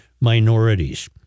minorities